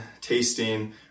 tasting